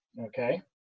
okay